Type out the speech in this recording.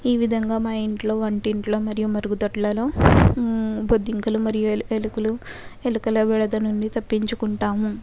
ఈ విధంగా మా ఇంట్లో వంటింట్లో మరియు మరుగుదొడ్లలో బొద్దింకలు మరియు ఎలుకలు ఎలుకల బెడద నుండి తప్పించుకుంటాము